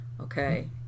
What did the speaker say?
okay